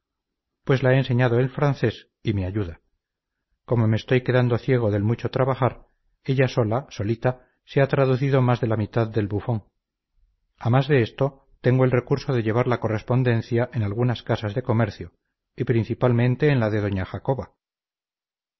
pues la he enseñado el francés y me ayuda como me estoy quedando ciego del mucho trabajar ella sola solita se ha traducido más de la mitad del buffon a más de esto tengo el recurso de llevar la correspondencia en algunas casas de comercio y principalmente en la de doña jacoba